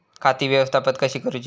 खाती व्यवस्थापित कशी करूची?